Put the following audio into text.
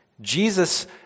Jesus